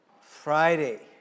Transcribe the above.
Friday